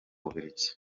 bubiligi